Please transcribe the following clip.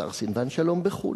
השר סילבן שלום בחו"ל.